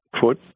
foot